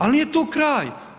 Ali nije tu kraj.